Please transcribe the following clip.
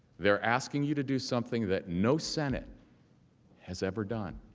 they are asking you to do something that no senate has ever done